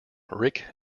rick